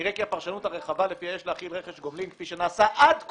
נראה כי הפרשנות הרחבה לפיה יש להחיל רכש גומלין כפי שנעשה עד כה,